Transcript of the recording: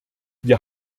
wir